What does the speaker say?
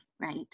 right